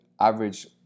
average